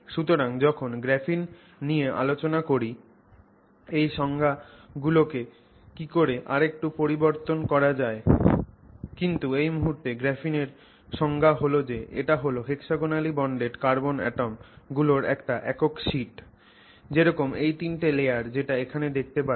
সুতরাং যখন আমরা গ্রাফিন নিয়ে আলোচনা করি এই সংজ্ঞা গুলো কে কিকরে আরেকটু পরিবর্তন করা যায় কিন্তু এই মুহূর্তে গ্রাফিন এর সংজ্ঞা হল যে এটা হল hexagonally bonded কার্বন অ্যাটম গুলোর একটা একক শিট যেরকম এই তিনটে লেয়ার যেটা এখানে দেখতে পাচ্ছ